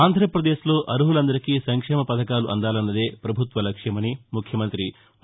ఆంధ్రపదేశ్ లో అర్మలందరికీ సంక్షేమ పథకాలు అందాలన్నదే ప్రభుత్వ లక్ష్యమని ముఖ్యమంత్రి వై